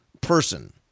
person